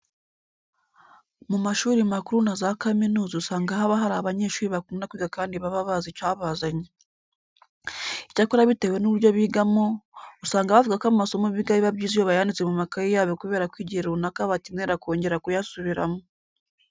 Mu mashuri makuru na za kaminuza usanga haba hari abanyeshuri bakunda kwiga kandi baba bazi icyabazanye. Icyakora bitewe n'uburyo bigamo, usanga bavuga ko amasomo biga biba byiza iyo bayanditse mu makayi yabo kubera ko igihe runaka bakenera kongera kuyasubiramo.